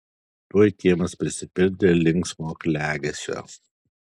tuoj kiemas prisipildė linksmo klegesio